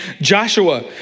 Joshua